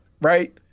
right